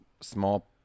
small